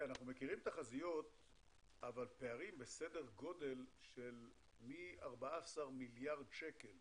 פערים בסדר גודל של מ-14 מיליארד שקל